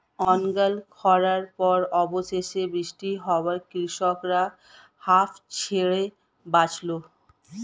অনর্গল খড়ার পর অবশেষে বৃষ্টি হওয়ায় কৃষকরা হাঁফ ছেড়ে বাঁচল